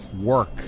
work